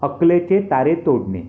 अकलेचे तारे तोडणे